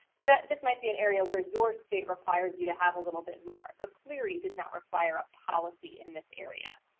so that this might be an area where your state requires you to have a little bit more. but ah clery does not require a policy in this area.